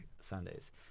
Sundays